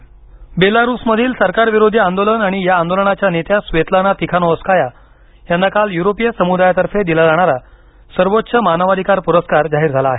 Belarus परस्कार बेलारूसमधील सरकारविरोधी आंदोलन आणि या आंदोलनाच्या नेत्या स्वेतलाना तिखानोवस्काया यांना काल युरोपीय समुदायातर्फे दिला जाणारा सर्वोच्च मानवाधिकार पुरस्कार जाहीर झाला आहे